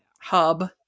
hub